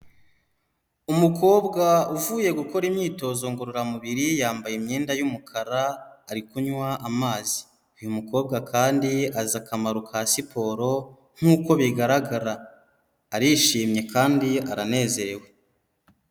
Umukobwa uvuye gukora imyitozo ngororamubiri yambaye imyenda y'umukara ari kunywa amazi, uyu mukobwa kandi azi akamaro ka siporo nk'uko bigaragara, arishimye kandi aranezerewe.